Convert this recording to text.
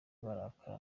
barakara